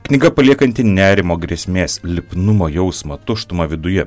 knyga paliekanti nerimo grėsmės lipnumo jausmą tuštumą viduje